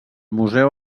museu